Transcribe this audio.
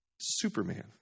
Superman